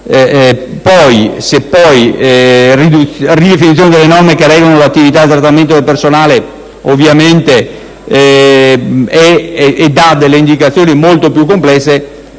sulla ridefinizione delle norme che regolano l'attività e il trattamento del personale si danno delle indicazioni molto più complesse.